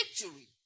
victory